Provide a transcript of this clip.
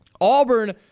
Auburn